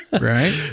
Right